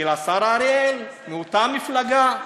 של השר אריאל, מאותה מפלגה: